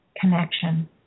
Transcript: connection